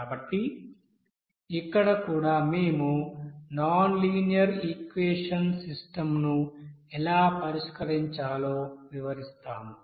కాబట్టి ఇక్కడ కూడా మేము నాన్ లీనియర్ ఈక్యేషన్ సిస్టం ను ఎలా పరిష్కరించాలో వివరిస్తాము